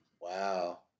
wow